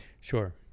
Sure